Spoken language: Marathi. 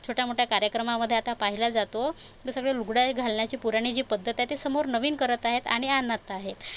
छोट्या मोठ्या कार्यक्रमामध्ये आता पाहिला जातो ते सगळे लुगड्याय घालण्याची पुराणी जी पध्दत आहे तर समोर नवीन करत आहेत आणि आणत आहेत